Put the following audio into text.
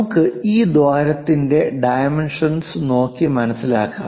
നമുക്ക് ഈ ദ്വാരത്തിന്റെ ഡൈമെൻഷൻസ് നോക്കി മനസിലാക്കാം